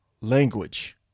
language